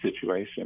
situation